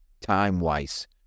time-wise